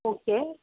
okay